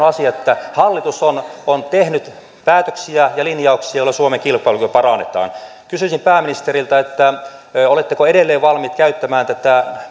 asia että hallitus on on tehnyt päätöksiä ja linjauksia joilla suomen kilpailukykyä parannetaan kysyisin pääministeriltä oletteko edelleen valmiit käyttämään tätä